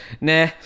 nah